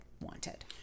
wanted